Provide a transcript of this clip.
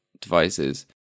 devices